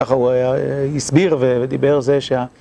ככה הוא הסביר ודיבר זה שה...